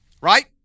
right